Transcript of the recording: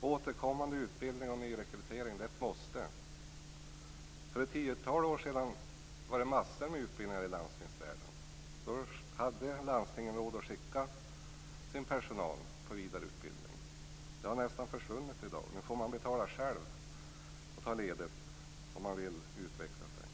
Återkommande utbildning och nyrekrytering är ett måste. För ett tiotal år sedan fanns det massor med utbildningar i landstingsvärlden. Då hade landstingen råd att skicka personalen på vidareutbildning. Det har nästan försvunnit i dag. I dag får man betala själv och ta ledigt om man vill utveckla sig.